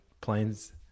planes